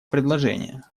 предложения